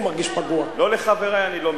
בוודאי, בוודאי.